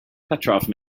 petrov